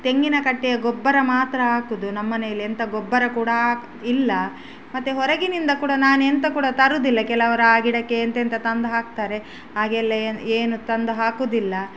ತೆಂಗಿನ ಕಟ್ಟೆಯ ಗೊಬ್ಬರ ಮಾತ್ರ ಹಾಕೋದು ನಮ್ಮನೆಯಲ್ಲಿ ಎಂತ ಗೊಬ್ಬರ ಕೂಡ ಇಲ್ಲ ಮತ್ತೆ ಹೊರಗಿನಿಂದ ಕೂಡ ನಾನು ಎಂತ ಕೂಡ ತರುವುದಿಲ್ಲ ಕೆಲವ್ರು ಆ ಗಿಡಕ್ಕೆ ಎಂತೆಂತ ತಂದು ಹಾಕ್ತಾರೆ ಹಾಗೆಲ್ಲ ಏನು ಏನು ತಂದು ಹಾಕುವುದಿಲ್ಲ